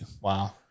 Wow